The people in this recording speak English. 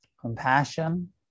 compassion